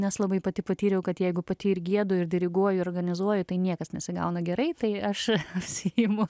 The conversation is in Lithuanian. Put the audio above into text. nes labai pati patyriau kad jeigu pati ir giedu ir diriguoju ir organizuoju tai niekas nesigauna gerai tai aš atsiimu